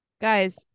Guys